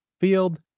Field